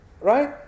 right